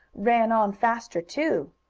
ran on faster too.